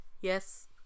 yes